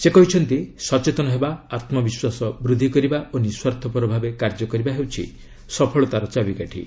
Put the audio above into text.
ସେ କହିଚ୍ଚନ୍ତି ସଚେତନ ହେବା ଆତ୍ମବିଶ୍ୱାସ ବୃଦ୍ଧି କରିବା ଓ ନିଃସ୍ୱାର୍ଥପର ଭାବେ କାର୍ଯ୍ୟ କରିବା ହେଉଛି ସଫଳତାର ଚାବିକାଠି